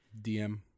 DM